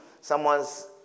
someone's